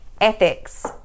ethics